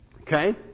Okay